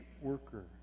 worker